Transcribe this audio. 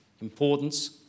importance